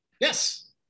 Yes